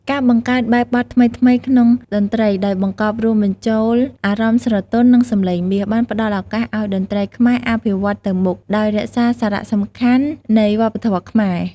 ការបង្កើតបែបបទថ្មីៗក្នុងតន្ត្រីដោយបង្កប់រួមបញ្ចូលអារម្មណ៍ស្រទន់ និងសម្លេងមាស បានផ្តល់ឱកាសឲ្យតន្ត្រីខ្មែរអភិវឌ្ឍទៅមុខ ដោយរក្សាសារៈសំខាន់នៃវប្បធម៌ខ្មែរ។